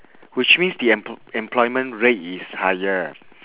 which means the empl~ employment rate is higher